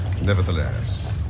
Nevertheless